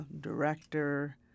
director